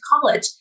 college